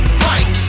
fight